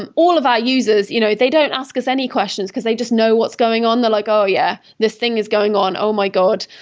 and all of our users, if you know they don't ask us any questions, because they just know what's going on. they're like, oh, yeah. this thing is going on. oh my god!